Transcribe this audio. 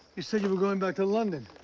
you said you were going back to london.